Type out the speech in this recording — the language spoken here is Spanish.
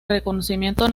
reconocimiento